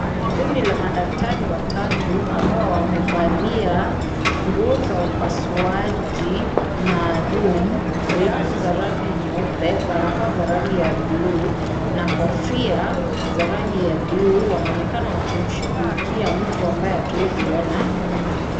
Kundi la madaktari watatu ambao wamevalia nguo za upasuaji maalum, glavu za rangi nyeupe, barakoa za rangi ya bulu na kofia za rangi ya bulu wanaonekana wakimshugulikia mtu ambaye hatuezi ona.